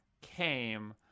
came